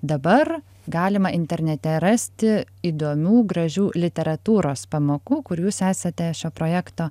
dabar galima internete rasti įdomių gražių literatūros pamokų kur jūs esate šio projekto